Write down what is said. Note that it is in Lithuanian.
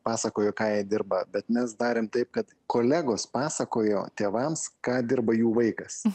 pasakojo ką jie dirba bet mes darėm taip kad kolegos pasakojo tėvams ką dirba jų vaikas